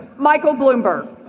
michael bloomberg,